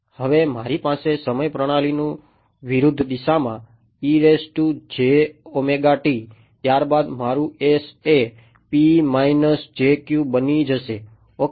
હવે મારી પાસે સમય પ્રણાલીનું વિરુદ્ધ દિશામાં ત્યારબાદ મારું એ બની જશે ઓકે